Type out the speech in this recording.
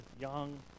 young